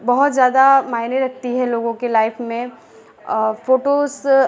बहुत ज़्यादा माइने रखती है लोगों के लाइफ़ में फ़ोटोस